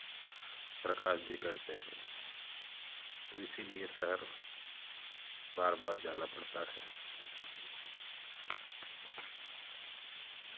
प्रकाश जी करते हैं तो इसीलिए शहर बार बार जाना पड़ता है